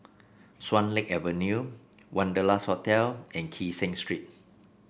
Swan Lake Avenue Wanderlust Hotel and Kee Seng Street